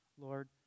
Lord